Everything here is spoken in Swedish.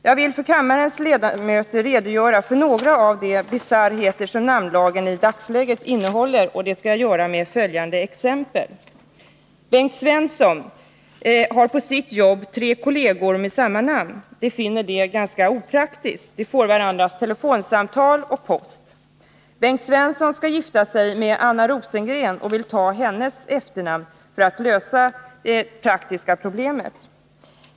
Jag vill för kammarens ledamöter redogöra för några av de bisarrheter som namnlagen i dagsläget innehåller, och det skall jag göra med följande exempel: Bengt Svensson har på sitt jobb tre kolleger med samma namn. De finner det ganska opraktiskt — de får varandras telefonsamtal och post. Bengt Svensson skall gifta sig med Anna Rosengren och vill ta hennes efternamn för att lösa de praktiska problemen.